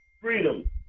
freedom